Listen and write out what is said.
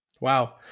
wow